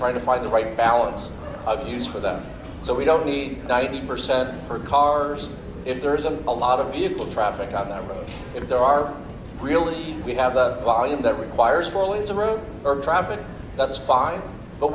try to find the right balance of use for them so we don't need ninety percent for cars if there is a a lot of vehicle traffic on that road if there are really we have a volume that requires for a way to route traffic that's fine but